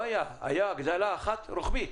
הייתה הגדלה אחת רוחבית.